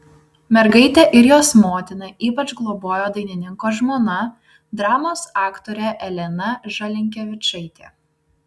mergaitę ir jos motiną ypač globojo dainininko žmona dramos aktorė elena žalinkevičaitė